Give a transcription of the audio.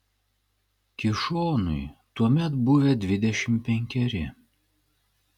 kišonui tuomet buvę dvidešimt penkeri